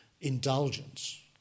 indulgence